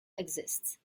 exists